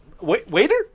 Waiter